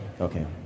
Okay